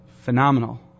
phenomenal